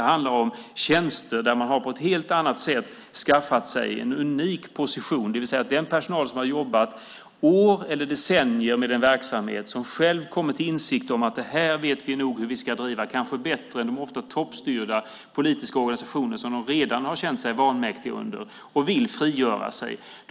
Det här handlar om tjänster där man på ett helt annat sätt har skaffat sig en unik position, det vill säga den personal som har jobbat år eller decennier med en verksamhet och som själv har kommit till insikt om att man nog vet bättre hur man ska driva verksamheten än de ofta toppstyrda politiska organisationer som man redan har känt sig vanmäktig under och vill frigöra sig från.